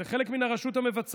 זה חלק מן הרשות המבצעת,